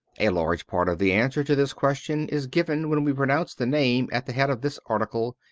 a large part of the answer to this question is given when we pronounce the name at the head of this article,